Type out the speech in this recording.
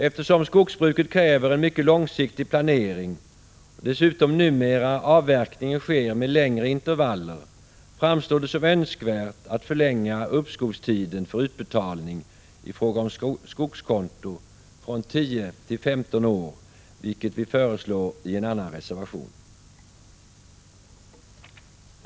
Eftersom skogsbruket kräver en mycket långsiktig planering och dessutom numera avverkningen sker med längre intervaller framstår det som önskvärt att förlänga uppskovstiden för utbetalning i fråga om skogskonto från 10 till 15 år, vilket vi föreslår i en annan reservation.